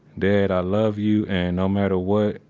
dad, i love you, and no matter what,